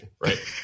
right